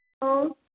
hello